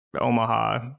Omaha